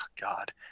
god